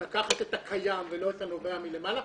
לקחת את הקיים ולא את הנובע מלמעלה,